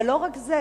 אבל לא רק זה.